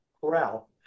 corral